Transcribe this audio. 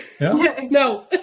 No